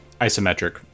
isometric